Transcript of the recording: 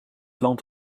land